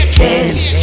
dance